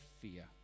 fear